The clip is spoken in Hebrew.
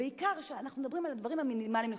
בעיקר כשאנחנו מדברים על התנאים המינימליים לחיות.